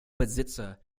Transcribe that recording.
besitzer